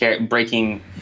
breaking